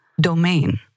domain